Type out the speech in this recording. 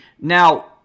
Now –